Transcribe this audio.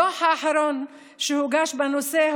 הדוח האחרון שהוגש בנושא,